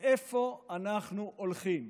לאיפה אנחנו הולכים?